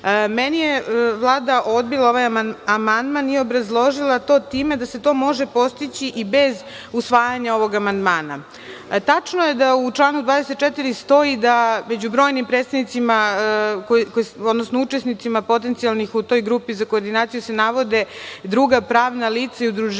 Meni je Vlada odbila ovaj amandman i obrazložila to time da se to može postići i bez usvajanja ovog amandmana. Tačno je da u članu 24. stoji da među brojnim predstavnicima odnosno potencijalnim učesnicima u toj grupi za koordinaciju se navode druga pravna udruženja i